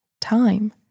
time